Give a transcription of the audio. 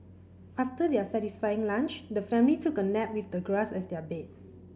after their satisfying lunch the family took a nap with the grass as their bed